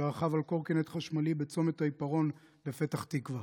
כשרכב על קורקינט חשמלי בצומת העיפרון בפתח תקווה.